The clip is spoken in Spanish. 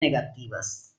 negativas